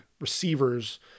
receivers